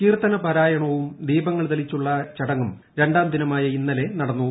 കീർത്തന പാരായണവും ദീപങ്ങൾ തെളിയിച്ചുള്ള ചടങ്ങും രണ്ടാം ദിനമായ ഇന്നലെ നടന്നു